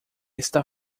está